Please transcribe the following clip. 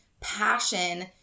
passion